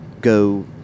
go